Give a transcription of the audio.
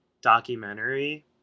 documentary